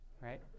right